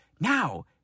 now